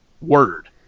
Word